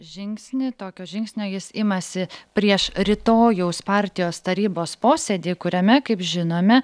žingsnį tokio žingsnio jis imasi prieš rytojaus partijos tarybos posėdį kuriame kaip žinome